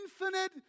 infinite